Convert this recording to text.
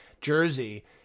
jersey